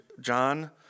John